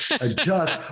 adjust